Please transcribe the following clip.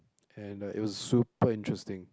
and the it was super interesting